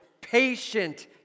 Patient